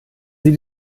sie